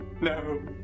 no